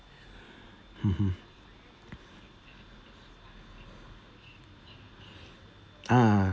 hmm hmm ah